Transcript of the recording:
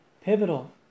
pivotal